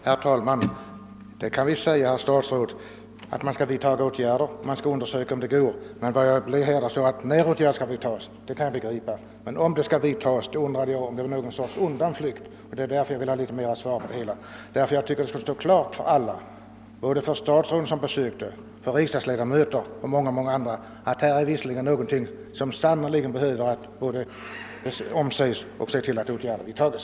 Herr talman! Ja, herr statsråd, det låter säga sig att man skall undersöka om det går att vidta åtgärder, men vad jag ville höra var när åtgärder i detta fall skall vidtas. Det står i svaret »om och när åtgärder skall vidtas», och då undrade jag om det bara var en undanflykt. Det var därför jag ville ha litet klarare besked på den punkten. Det skall nämligen stå klart för alla — statsråd, riksdagsledamöter och vanliga människor — att här har vi någonting som sannerligen behöver ses om; därför bör åtgärder vidtas.